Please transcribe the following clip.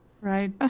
Right